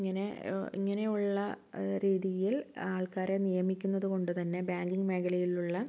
ഇങ്ങനെ ഇങ്ങനെയുള്ള രീതിയിൽ ആൾക്കാരെ നിയമിക്കുന്നതു കൊണ്ട് തന്നെ ബാങ്കിങ് മേഖലയിലുള്ള